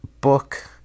book